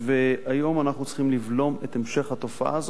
והיום אנחנו צריכים לבלום את המשך התופעה הזאת,